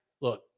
look